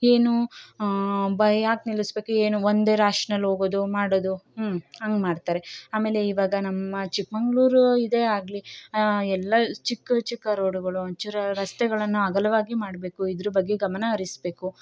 ಏನು ಬ ಯಾಕೆ ನಿಲ್ಲಿಸ್ಬೇಕು ಏನು ಒಂದೇ ರಾಶ್ನಲ್ಲಿ ಹೋಗೋದು ಮಾಡೋದು ಹಂಗ್ ಮಾಡ್ತಾರೆ ಆಮೇಲೆ ಇವಾಗ ನಮ್ಮ ಚಿಕ್ಕಮಂಗ್ಳೂರು ಇದೆ ಆಗಲಿ ಎಲ್ಲ ಚಿಕ್ಕ ಚಿಕ್ಕ ರೋಡುಗಳು ಒಂಚೂರು ರಸ್ತೆಗಳನ್ನು ಅಗಲವಾಗಿ ಮಾಡಬೇಕು ಇದ್ರ ಬಗ್ಗೆ ಗಮನ ಹರಿಸ್ಬೇಕು